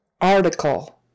Article